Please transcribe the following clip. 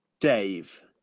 Dave